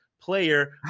player